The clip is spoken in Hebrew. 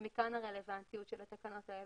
ומה שהיה בגל הראשון,